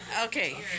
Okay